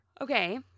Okay